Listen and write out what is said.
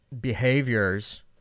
behaviors